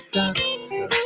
doctor